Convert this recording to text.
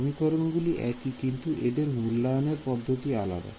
সমীকরণ গুলি একি কিন্তু এদের মূল্যায়নের পদ্ধতি আলাদা